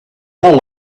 whole